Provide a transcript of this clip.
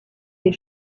des